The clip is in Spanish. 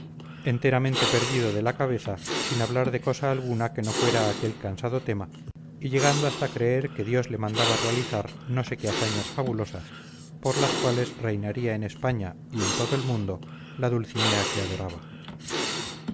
enteramente perdido de la cabeza sin hablar de cosa alguna que no fuera aquel cansado tema y llegando hasta creer que dios le mandaba realizar no sé qué hazañas fabulosas por las cuales reinaría en españa y en todo el mundo la dulcinea que adoraba